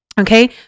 okay